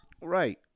right